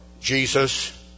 Jesus